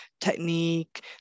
technique